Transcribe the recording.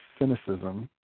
cynicism